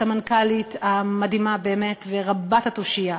הסמנכ"לית המדהימה באמת ורבת-התושייה